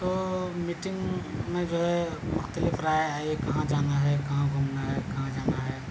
تو میٹنگ میں جو ہے مختلف رائے آئی کہاں جانا ہے کہاں گھومنا ہے کہاں جانا ہے